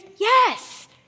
Yes